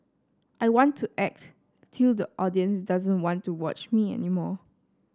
I want to act till the audience doesn't want to watch me any more